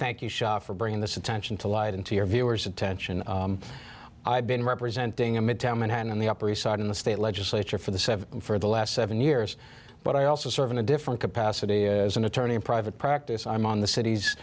thank you for bringing this attention to light into your viewers attention i've been representing a midtown manhattan on the upper east side in the state legislature for the seven for the last seven years but i also serve in a different capacity as an attorney in private practice i'm on the cit